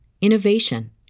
innovation